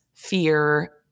Fear